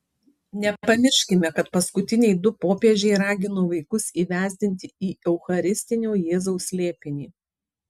nepamirškime kad paskutiniai du popiežiai ragino vaikus įvesdinti į eucharistinio jėzaus slėpinį